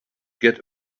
get